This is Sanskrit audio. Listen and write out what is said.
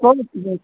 त्वं